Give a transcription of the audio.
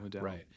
right